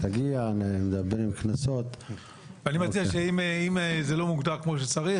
אני מציע שאם זה לא מוגדר כמו שצריך,